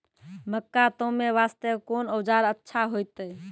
मक्का तामे वास्ते कोंन औजार अच्छा होइतै?